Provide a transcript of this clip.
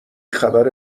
خبر